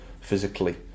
physically